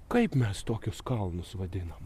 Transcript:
kaip mes tokius kalnus vadinam